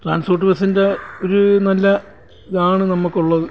transport ബസ്സിൻ്റെ ഒരു നല്ല ഇതാണ് നമുക്ക് ഉള്ളത്